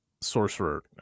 sorcerer